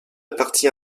partie